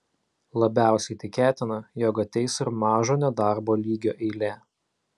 labiausiai tikėtina jog ateis ir mažo nedarbo lygio eilė